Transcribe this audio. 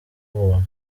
ubuntu